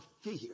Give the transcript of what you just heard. fear